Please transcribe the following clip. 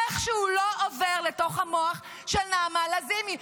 איכשהו לא עובר לתוך המוח של נעמה לזימי,